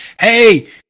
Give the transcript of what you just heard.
hey